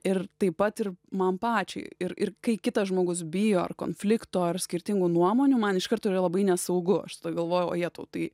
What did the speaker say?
ir taip pat ir man pačiai ir ir kai kitas žmogus bijo ar konflikto ar skirtingų nuomonių man iš karto yra labai nesaugu aš tada galvoju ojetau tai